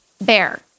Bear